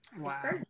Wow